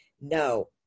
no